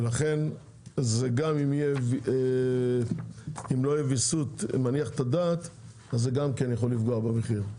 לכן גם אם לא יהיה ויסות מניח את הדעת זה גם יכול לפגוע במחיר.